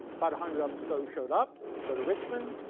but hundred of them so showed up, go to richmond,